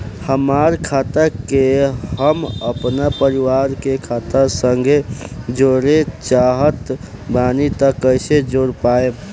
हमार खाता के हम अपना परिवार के खाता संगे जोड़े चाहत बानी त कईसे जोड़ पाएम?